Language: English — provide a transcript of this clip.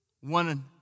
One